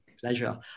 Pleasure